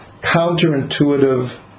counterintuitive